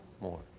more